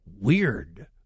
Weird